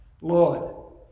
Lord